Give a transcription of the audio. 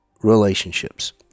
relationships